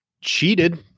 cheated